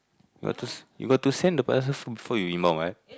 you got to s~ you got to send the person before you inbound what